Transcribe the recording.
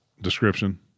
Description